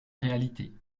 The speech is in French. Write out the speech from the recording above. réalité